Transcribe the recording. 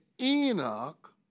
Enoch